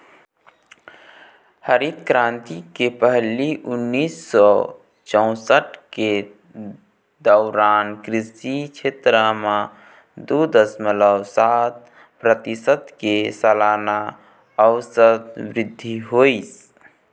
हरित करांति के पहिली उन्नीस सौ चउसठ के दउरान कृषि छेत्र म दू दसमलव सात परतिसत के सलाना अउसत बृद्धि होइस